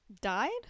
Died